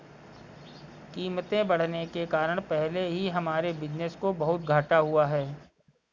कीमतें बढ़ने के कारण पहले ही हमारे बिज़नेस को बहुत घाटा हुआ है